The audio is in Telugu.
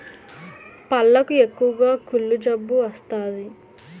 పళ్లకు ఎక్కువగా కుళ్ళు జబ్బు వస్తాది